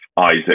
Isaac